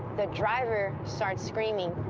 the driver starts screaming,